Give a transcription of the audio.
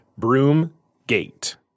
Broomgate